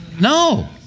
No